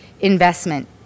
investment